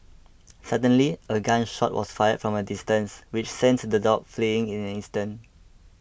suddenly a gun shot was fired from a distance which sent the dog fleeing in an instant